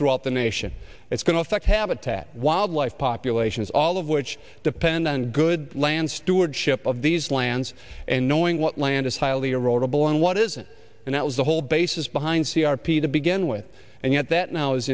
throughout the nation it's going to affect habitat wildlife populations all of which depend on good land stewardship of these lands and knowing what land is highly eroded boy and what isn't and that was the whole basis behind c r p to begin with and yet that now is